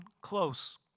close